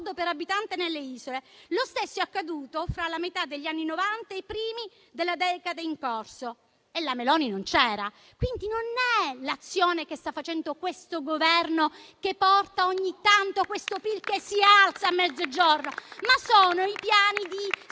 per abitante nelle isole. Lo stesso è accaduto fra la metà degli anni '90 e i primi della decade in corso, e la Meloni non c'era. Quindi non è l'azione che sta facendo questo Governo che porta ogni tanto questo PIL ad alzarsi nel Mezzogiorno, ma sono i piani